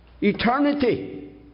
Eternity